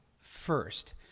first